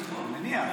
אני מניח,